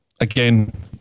Again